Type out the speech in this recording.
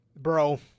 bro